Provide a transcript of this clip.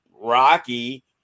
Rocky